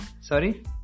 Sorry